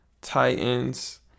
Titans